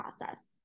process